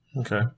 Okay